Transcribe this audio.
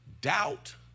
Doubt